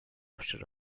roster